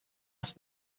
after